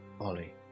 Ollie